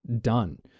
done